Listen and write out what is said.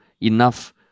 enough